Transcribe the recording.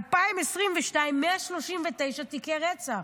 ב-2022, 139 תיקי רצח.